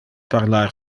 parlar